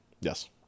Yes